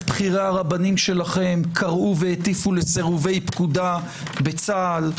בכירי הרבנים שלכם קראו והטיפו לסירובי פקודה בצה"ל.